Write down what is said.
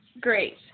Great